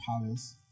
Palace